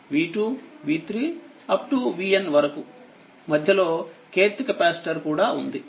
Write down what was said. vnవరకుమధ్యలోkth కెపాసిటర్కూడా ఉంది